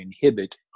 inhibit